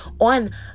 on